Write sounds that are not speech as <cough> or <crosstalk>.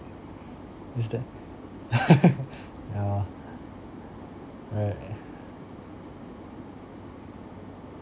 who's that <laughs> yeah right